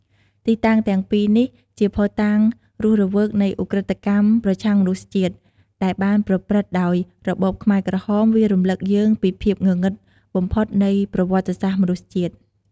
ទីតាំងទាំងពីរនេះជាភស្តុតាងរស់រវើកនៃឧក្រិដ្ឋកម្មប្រឆាំងមនុស្សជាតិ ដែលបានប្រព្រឹត្តដោយរបបខ្មែរក្រហម វារំលឹកយើងពីភាពងងឹតបំផុតនៃប្រវត្តិសាស្ត្រមនុស្សជាតិ។